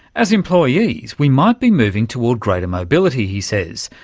as employees we might be moving toward greater mobility, he says,